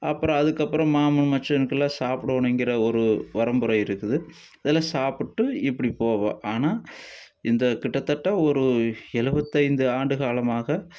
அப்புறம் அதுக்கப்புறம் மாமன் மச்சானுக்கெல்லாம் சாப்பிடணு என்கிற ஒரு வரம்புறை இருக்குது அதெல்லாம் சாப்பிட்டு இப்படி போவோம் ஆனால் இந்த கிட்டத்தட்ட ஒரு எழுபத்தைந்து ஆண்டு காலமாக